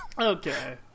Okay